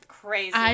crazy